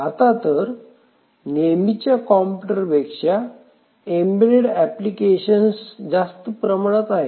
आता तर नेहमीच्या कॉम्प्युटर पेक्षा एम्बेडेड एप्लिकेशन्स जास्त प्रमाणात आहेत